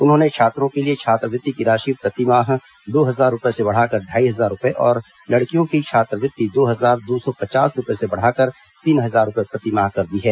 उन्होंने छात्रों के लिए छात्रवृत्ति की राशि प्रति माह दो हजार रूपये से बढ़ाकर ढाई हजार रूपये और लड़कियों की छात्रवृत्ति दो हजार दो सौ पचास रूपये से बढ़ाकर तीन हजार रूपये प्रति माह कर दी है